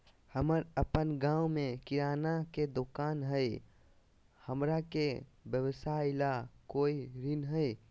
हमर अपन गांव में किराना के दुकान हई, हमरा के व्यवसाय ला कोई ऋण हई?